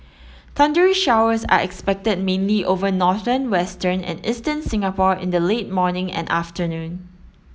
thundery showers are expected mainly over northern western and eastern Singapore in the late morning and afternoon